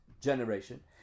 generation